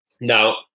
Now